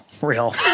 real